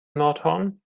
nordhorn